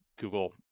Google